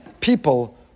people